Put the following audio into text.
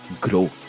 grow